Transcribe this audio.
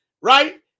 right